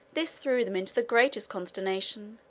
this threw them into the greatest consternation.